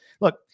Look